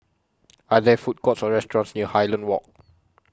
Are There Food Courts Or restaurants near Highland Walk